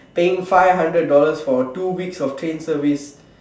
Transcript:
paying five hundred dollars for two weeks of train service